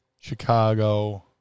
Chicago